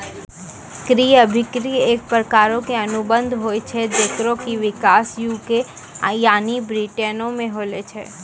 क्रय अभिक्रय एक प्रकारो के अनुबंध होय छै जेकरो कि विकास यू.के यानि ब्रिटेनो मे होलो छै